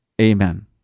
Amen